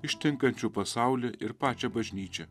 ištinkančių pasaulį ir pačią bažnyčią